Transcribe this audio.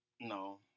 No